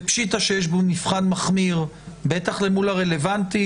ופשיטא יש בו מבחן מחמיר, בטח למול הרלוונטי.